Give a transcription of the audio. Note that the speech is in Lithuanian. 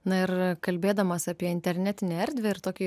na ir kalbėdamas apie internetinę erdvę ir tokio